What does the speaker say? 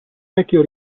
vecchio